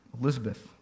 Elizabeth